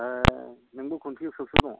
ए नोंबो कन्फिउजबावसो ना